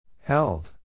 Held